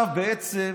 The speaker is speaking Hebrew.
עכשיו, בעצם,